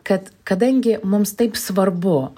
kad kadangi mums taip svarbu